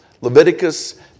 Leviticus